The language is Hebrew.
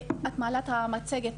(מציגה מצגת)